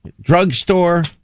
drugstore